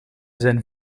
zijn